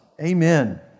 Amen